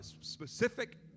specific